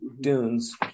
Dunes